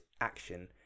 action